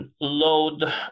load